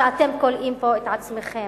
שאתם כולאים בו את עצמכם.